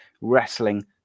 wrestling